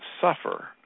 suffer